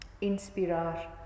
inspirar